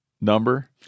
number